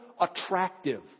attractive